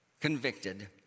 convicted